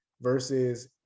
Versus